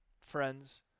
friends